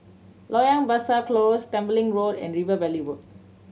Loyang Besar Close Tembeling Road and River Valley Road